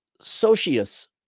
Socius